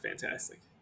fantastic